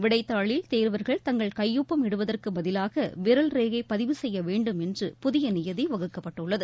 விடைத்தாளில் தேர்வர்கள் தங்கள் கையொப்பம் இடுவதற்கு பதிலாக விரல் ரேகை பதிவு செய்ய வேண்டும் என்று புதிய நியதி வகுக்கப்பட்டுள்ளது